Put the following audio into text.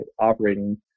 operating